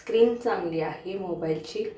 screen चांगली आहे मोबाईलची